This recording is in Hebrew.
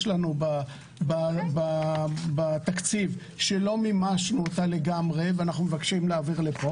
לנו בתקציב שלא מימשנו אותה לגמרי ואנחנו מבקשים להעביר לפה.